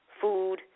food